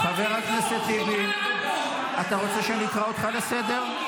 חבר הכנסת טיבי, אתה רוצה שאני אקרא אותך לסדר?